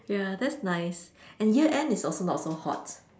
ya that's nice and year end is also not so hot